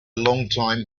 longtime